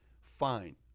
Fine